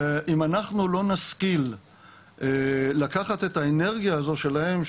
ואם אנחנו לא נשכיל לקחת את האנרגיה הזאת שלהם,